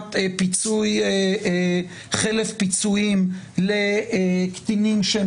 מסוגיית חלף פיצויים לקטינים שהם